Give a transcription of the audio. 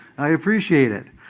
i appreciate it.